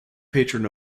patron